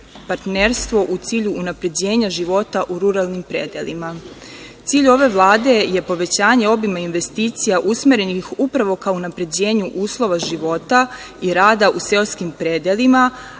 partnerstvo u cilju unapređenja života u ruralnim predelima. Cilj ove Vlade je povećanje obima investicija usmerenih upravo kao unapređenju uslova života i rada u seoskim predelima,